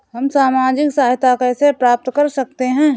हम सामाजिक सहायता कैसे प्राप्त कर सकते हैं?